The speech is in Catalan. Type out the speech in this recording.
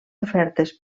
ofertes